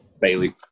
Bailey